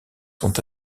sont